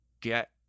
get